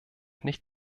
nicht